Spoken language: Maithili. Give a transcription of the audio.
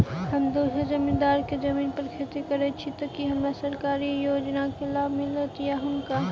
हम दोसर जमींदार केँ जमीन पर खेती करै छी तऽ की हमरा सरकारी योजना केँ लाभ मीलतय या हुनका?